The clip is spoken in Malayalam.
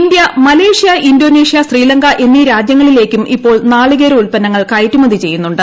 ഇന്ത്യ മലേഷ്യ ഇന്തോനേഷ്യ ശ്രീലങ്ക എന്നീ രാജ്യങ്ങളിലേക്കൂർ ഇപ്പോൾ നാളികേര ഉത്പന്നങ്ങൾ കയറ്റുമതി ചെയ്യുന്നുണ്ട്